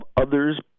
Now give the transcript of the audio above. others